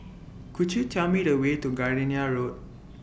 Could YOU Tell Me The Way to Gardenia Road